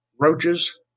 Roaches